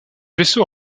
vaisseau